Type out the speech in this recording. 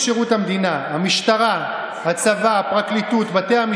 וביקורת פרלמנטרית ותהליכים שאנחנו צריכים לעבור כדי להשלים